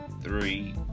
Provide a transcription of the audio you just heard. Three